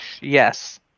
yes